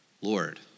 Lord